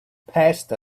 passed